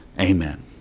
amen